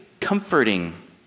comforting